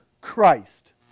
Christ